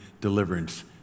deliverance